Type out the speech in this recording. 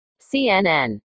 CNN